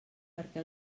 perquè